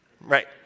right